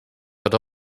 but